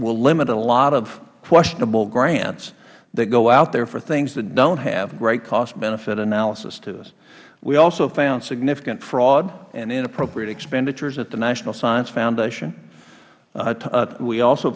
will limit a lot of questionable grants that go out there for things that dont have great cost benefit analyses to them we found significant fraud and inappropriate expenditures at the national science foundation we also